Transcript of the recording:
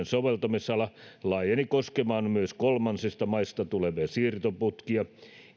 soveltamisala laajeni koskemaan myös kolmansista maista tulevia siirtoputkia